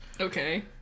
Okay